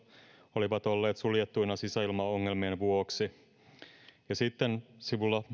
olivat olleet suljettuina sisäilmaongelmien vuoksi sitten sivulla